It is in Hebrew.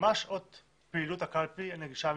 מה שעות פעילות הקלפי הנגישה המיוחדת?